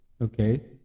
okay